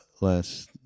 last